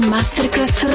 Masterclass